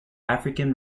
african